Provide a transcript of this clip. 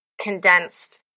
condensed